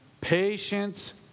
patience